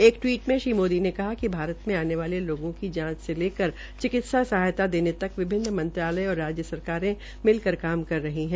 एक टवीट में श्री मोदी ने कहा कि भारत में आने वालें लोगों की जांच से लेकर चिकित्सा सहायता देने तक विभिन्न मंत्रालयों और राज्य सरकारें मिलकर काम कर रहे है